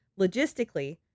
Logistically